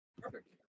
Perfect